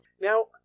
Now